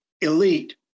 elite